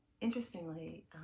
interestingly